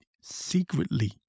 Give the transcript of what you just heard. secretly